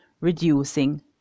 reducing